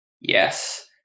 Yes